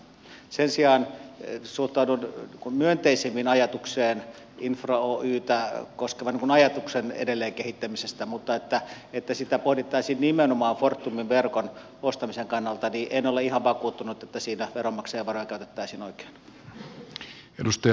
sen sijaan suhtaudun myönteisemmin ajatukseen infra oytä koskevan ajatuksen edelleenkehittämisestä mutta että sitä pohdittaisiin nimenomaan fortumin verkon ostamisen kannalta en ole ihan vakuuttunut että siinä veronmaksajien varoja käytettäisiin oikein